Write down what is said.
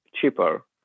cheaper